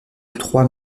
trois